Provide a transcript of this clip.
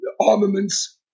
armaments